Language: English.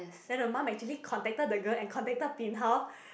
then the mum actually contacted the girl and contacted bin hao